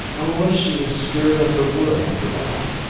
or was she a spirit of the wood, after all?